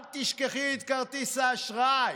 אל תשכחי את כרטיס האשראי.